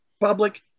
public